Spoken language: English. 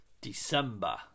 December